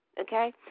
okay